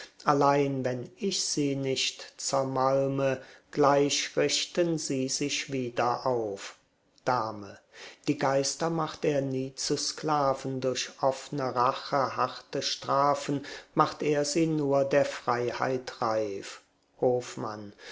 allein wenn ich sie nicht zermalme gleich richten sie sich wieder auf dame die geister macht er nie zu sklaven durch offne rache harte strafen macht er sie nur der freiheit reif hofmann